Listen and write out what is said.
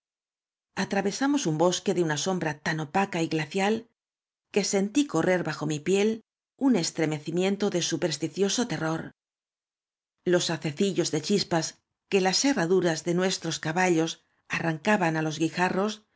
atravesamos un bosque de una sombra tan opaca y glacial que sentí correr bajo mí piel un estremecimiento de supersticioso te rror los hacecillos de chispas que ias herradu ras de nuestros caballos arrancaban á los guija